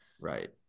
Right